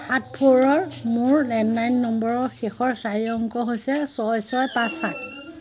সাত ফৰৰ মোৰ লেণ্ডলাইন নম্বৰৰ শেষৰ চাৰি অংক হৈছে ছয় ছয় পাঁচ সাত